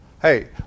Hey